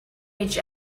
each